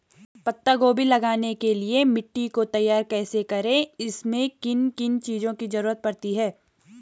पत्ता गोभी लगाने के लिए मिट्टी को तैयार कैसे करें इसमें किन किन चीज़ों की जरूरत पड़ती है?